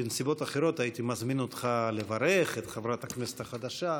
בנסיבות אחרות הייתי מזמין אותך לברך את חברת הכנסת החדשה,